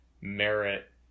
merit